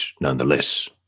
nonetheless